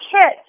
kit